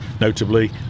notably